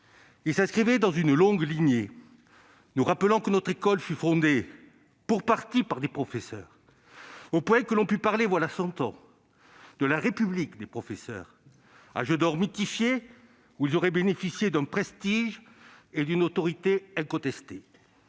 Il s'inscrivait dans une longue lignée, nous rappelant que notre école fut fondée pour partie par des professeurs, au point que l'on a pu parler, voilà cent ans, de « la République des professeurs », âge d'or mythifié durant lequel ils auraient bénéficié d'un prestige et d'une autorité incontestée.